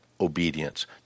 obedience